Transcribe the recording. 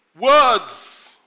words